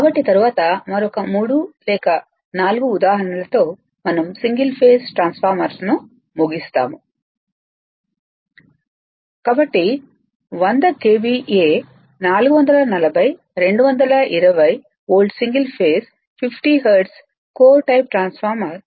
కాబట్టి తరువాత మరొక 3 లేదా 4 ఉదాహరణలతో మనం సింగిల్ ఫేస్ ట్రాన్స్ఫార్మర్ను ముగిస్తాము కాబట్టి 100 KVA 440 220 volt single phase 50 hertz core type transformer 0